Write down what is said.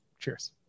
Cheers